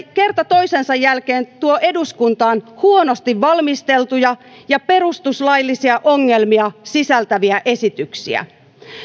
kerta toisensa jälkeen tuo eduskuntaan huonosti valmisteltuja ja perustuslaillisia ongelmia sisältäviä esityksiä